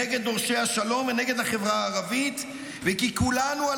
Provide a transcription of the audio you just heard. זו שמפריעה, לא